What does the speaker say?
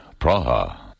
Praha